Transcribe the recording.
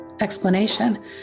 explanation